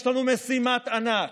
יש לנו משימת ענק: